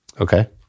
Okay